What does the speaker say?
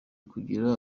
kugira